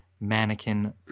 Mannequin